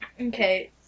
Okay